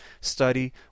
study